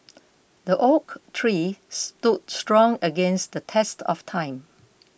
the oak tree stood strong against the test of time